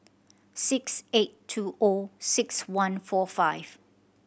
six eight two O six one four five